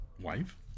wife